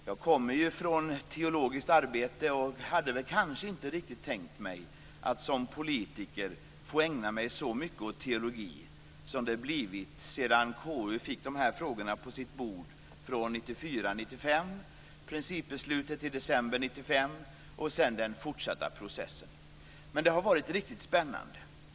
Jag kommer från teologiskt arbete och hade kanske inte riktigt tänkt mig att som politiker få ägna mig så mycket åt teologi som det blivit sedan KU fick de här frågorna på sitt bord Det har dock varit riktigt spännande.